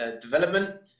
development